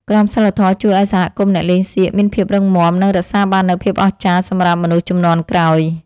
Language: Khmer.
ក្រមសីលធម៌ជួយឱ្យសហគមន៍អ្នកលេងសៀកមានភាពរឹងមាំ និង រក្សាបាននូវភាពអស្ចារ្យសម្រាប់មនុស្សជំនាន់ក្រោយ។